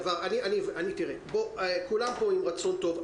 שלומי, כולם פה עם רצון טוב.